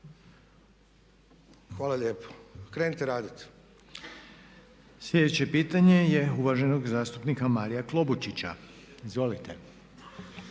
Hvala lijepo. Sljedeće pitanje je uvaženog zastupnika Ivana Kovačića. Izvolite.